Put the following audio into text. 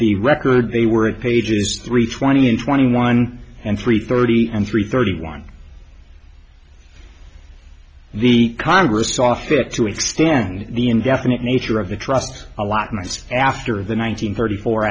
the record they were pages three twenty and twenty one and three thirty three thirty one the congress saw fit to extend the indefinite nature of the trust allotments after the one nine hundred thirty four